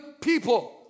people